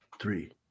three